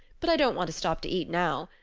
but i don't want to stop to eat now.